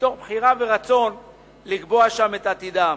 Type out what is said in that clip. מתוך בחירה ורצון לקבוע שם את עתידם.